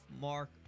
Mark